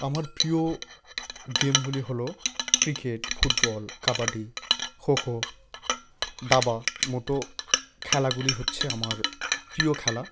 আমার প্রিয় গেমগুলি হলো ক্রিকেট ফুটবল কাবাডি খোখো দাবা মতো খেলাগুলি হচ্ছে আমার প্রিয় খেলা